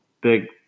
big